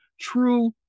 true